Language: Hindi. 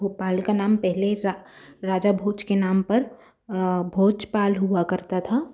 भोपाल का नाम पहले राजा भोज के नाम पर भोजपाल हुआ करता था